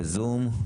בזום,